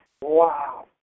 Wow